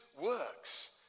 works